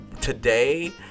today